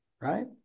right